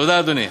תודה, אדוני.